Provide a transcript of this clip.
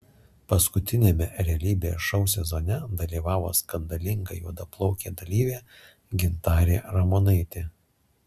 paskutiniame realybės šou sezone dalyvavo skandalinga juodaplaukė dalyvė gintarė ramonaitė